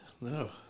no